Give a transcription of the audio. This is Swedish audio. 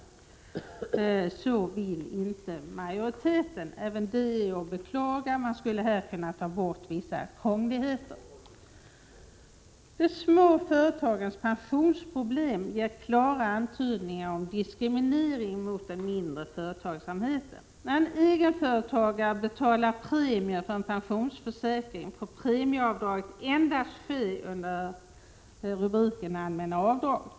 Så vill inte majoriteten. Även det är att beklaga. Man skulle här kunna ta bort vissa krångligheter. De små företagens pensionsproblem ger klara antydningar om diskriminering mot den mindre företagsamheten. När en egenföretagare betalar premier för en pensionsförsäkring får premieavdraget endast ske under rubriken Allmänna avdrag.